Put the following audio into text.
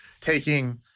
taking